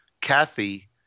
Kathy